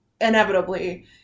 inevitably